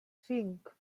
cinc